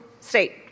state